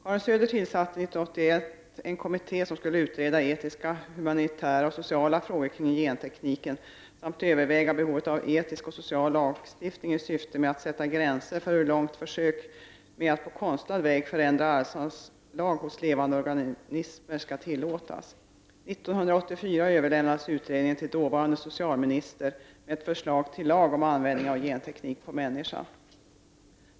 Karin Söder tillsatte 1981 en kommitté som skulle utreda etiska, humanitära och sociala frågor kring gentekniken samt överväga behovet av etisk och social lagstiftning i syfte att sätta gränser för hur långt försök med att på konstlad förändra arvsanlag hos levande organismer skall tillåtas. År 1984 överlämnades utredningen till dåvarande socialministern med ett förslag till lagstiftning om användningen av genteknik på människan.